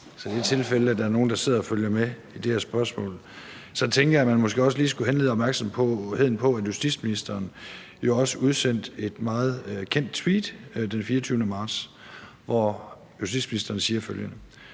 Så for det tilfælde, at der er nogle, der sidder og følger med i det her spørgsmål, tænker jeg, at man måske også lige skulle henlede opmærksomheden på, at justitsministeren jo også udsendte et meget kendt tweet den 24. marts, hvor han sagde følgende: